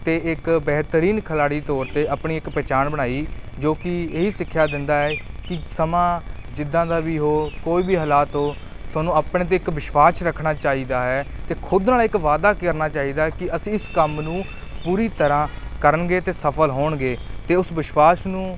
ਅਤੇ ਇੱਕ ਬਿਹਤਰੀਨ ਖਿਲਾੜੀ ਤੌਰ 'ਤੇ ਆਪਣੀ ਇੱਕ ਪਹਿਚਾਣ ਬਣਾਈ ਜੋ ਕਿ ਇਹ ਹੀ ਸਿੱਖਿਆ ਦਿੰਦਾ ਹੈ ਕਿ ਸਮਾਂ ਜਿੱਦਾਂ ਦਾ ਵੀ ਹੋ ਕੋਈ ਵੀ ਹਾਲਾਤ ਹੋ ਤੁਹਾਨੂੰ ਆਪਣੇ 'ਤੇ ਇੱਕ ਵਿਸ਼ਵਾਸ ਰੱਖਣਾ ਚਾਹੀਦਾ ਹੈ ਅਤੇ ਖੁਦ ਨਾਲ ਇੱਕ ਵਾਅਦਾ ਕਰਨਾ ਚਾਹੀਦਾ ਕਿ ਅਸੀਂ ਇਸ ਕੰਮ ਨੂੰ ਪੂਰੀ ਤਰ੍ਹਾਂ ਕਰਾਂਗੇ ਅਤੇ ਸਫਲ ਹੋਵਾਂਗੇ ਅਤੇ ਉਸ ਵਿਸ਼ਵਾਸ ਨੂੰ